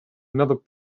another